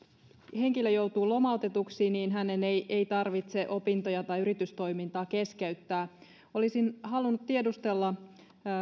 henkilö joutuu lomautetuksi niin hänen ei ei tarvitse opintoja tai yritystoimintaa keskeyttää olisin halunnut tiedustella